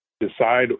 decide